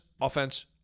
offense